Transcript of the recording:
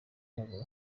yabo